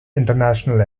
international